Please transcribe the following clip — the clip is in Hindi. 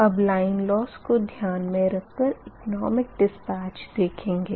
अब लाइन लोस को ध्यान मे रख कर इकनोमिक डिस्पेच देखेंगे